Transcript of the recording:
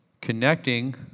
connecting